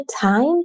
time